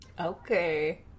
Okay